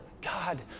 God